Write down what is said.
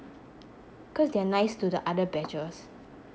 cause they're nice to the other batches